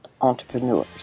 entrepreneurs